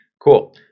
Cool